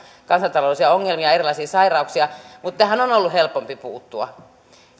kansantaloudellisia ongelmia ja erilaisia sairauksia mutta tähän on ollut helpompi puuttua